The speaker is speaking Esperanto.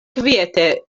kviete